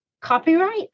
copyright